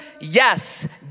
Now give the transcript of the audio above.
yes